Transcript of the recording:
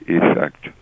effect